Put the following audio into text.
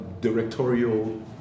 directorial